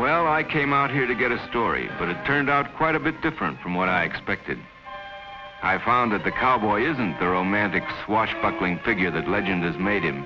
well i came out here to get a story but it turned out quite a bit different from what i expected i found that the cowboy isn't their own mandich swashbuckling figure that legend has made him